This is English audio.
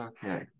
Okay